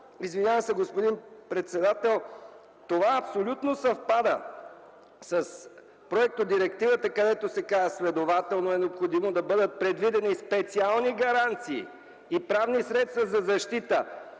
Извинявайте, господин председател! Това абсолютно съвпада с проектодирективата, където се казва: „Следователно е необходимо да бъдат предвидени специални гаранции и правни средства за защита”,